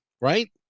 right